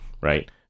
Right